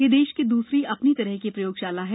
यह देश की दूसरी अपनी तरह की प्रयोगशाला है